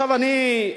אני,